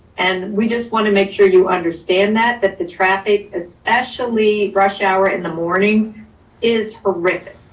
and we just wanna make sure you understand that, that the traffic especially rush hour in the morning is horrific.